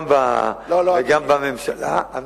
וגם בממשלה, לא, לא, אדוני.